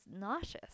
nauseous